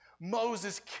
Moses